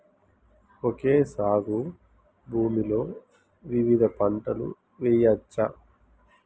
Okay సాగు భూమిలో వివిధ పంటలు వెయ్యచ్చా?